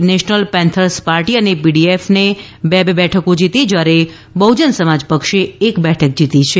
national Panthers Party અને PDF એ બે બે બેઠકો જીતી જ્યારે બહ્જન સમાજપક્ષે એક બેઠક જીતી છે